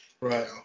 Right